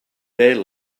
their